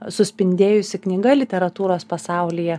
suspindėjusi knyga literatūros pasaulyje